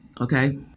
okay